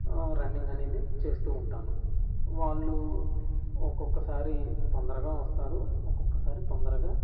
running అనేది చేస్తు ఉంటాను వాళ్ళు ఒక్కొక్కసారి తొందరగా వస్తారు ఒక్కొక్కసారి తొందరగా